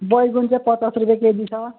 बैगुन चाहिँ पचास रुपियाँ केजी छ